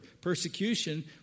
persecution